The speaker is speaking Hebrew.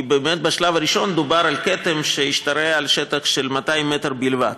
כי באמת בשלב הראשון דובר על כתם שהשתרע על שטח של 200 מטר בלבד.